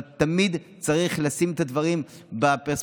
אבל תמיד צריך לשים את הדברים בפרספקטיבה